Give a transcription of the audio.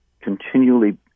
continually